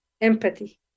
empathy